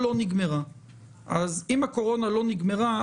אם הקורונה לא נגמרה,